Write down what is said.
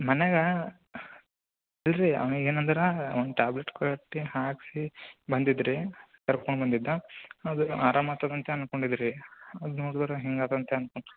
ಮನ್ಯಾಗೆ ಇಲ್ಲರಿ ಅವ್ನಿಗೆ ಏನಂದರೆ ಅವ್ನ್ಗೆ ಟ್ಯಾಬ್ಲೆಟ್ ಕೊಟ್ಟು ಹಾಕಿಸಿ ಬಂದಿದ್ದು ರಿ ಕರ್ಕೊಂಡು ಬಂದಿದ್ದು ಆದ್ರೆ ಆರಾಮ ಆಗ್ತದಂತ ಅನ್ಕೊಂಡಿದ್ದೆ ರಿ ಅದು ನೋಡಿದ್ರೆ ಹಿಂಗೆ ಆಗ್ತದೆ ಅನ್ಕೊಂಡು